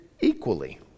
equally